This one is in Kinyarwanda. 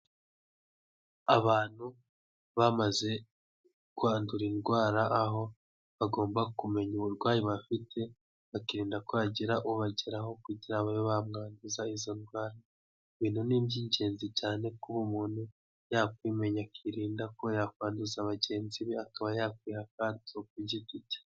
Abantu bamaze kwandura indwara, aho bagomba kumenya uburwayi bafite, bakirinda ko hagira uwo bageraho kugira ngo babe bamwanduza izo ndwara, ibintu ni iby'ingenzi cyane kuba umuntu yakwimenya akirinda ko yakwanduza bagenzi be, akaba yakwiha akato ku giti cye.